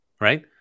Right